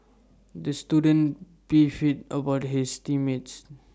the student beefed about his team mates